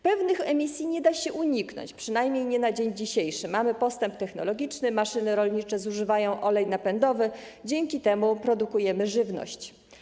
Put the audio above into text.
Pewnych emisji nie da się uniknąć, przynajmniej nie dzisiaj - mamy postęp technologiczny, maszyny rolnicze zużywają olej napędowy, dzięki czemu produkujemy żywność.